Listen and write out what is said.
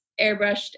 airbrushed